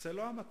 זו לא המטרה.